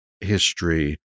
history